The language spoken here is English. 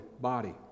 body